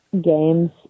Games